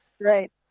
Right